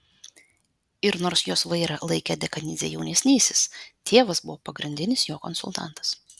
ir nors jos vairą laikė dekanidzė jaunesnysis tėvas buvo pagrindinis jo konsultantas